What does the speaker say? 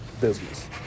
business